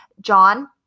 john